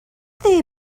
they